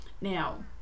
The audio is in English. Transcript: Now